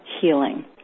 healing